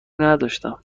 نداشتم